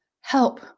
Help